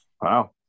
wow